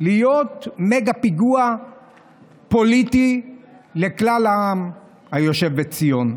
להיות מגה פיגוע פוליטי לכל העם היושב בציון.